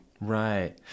Right